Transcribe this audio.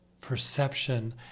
perception